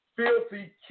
Filthy